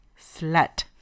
Slut